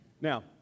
Now